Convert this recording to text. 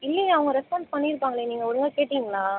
இல்லையே அவங்க ரெஸ்பான்ஸ் பண்ணியிருப்பாங்களே நீங்கள் ஒழுங்காக கேட்டீங்களா